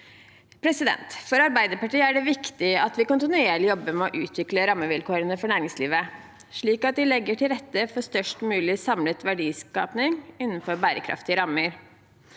dører. For Arbeiderpartiet er det viktig at vi kontinuerlig jobber med å utvikle rammevilkårene for næringslivet, slik at vi legger til rette for størst mulig samlet verdiskaping innenfor bærekraftige rammer.